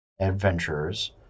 adventurers